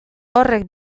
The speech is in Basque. horrek